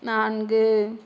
நான்கு